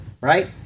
right